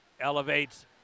elevates